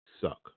suck